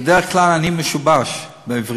בדרך כלל אני משובש בעברית,